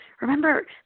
Remember